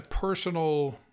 personal